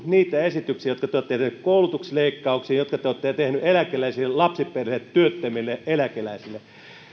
niitä esityksiä jotka te olette tehneet koulutusleikkauksiin jotka te te olette tehneet eläkeläisille lapsiperheille työttömille